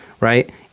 right